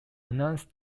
announced